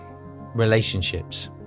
relationships